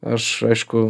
aš aišku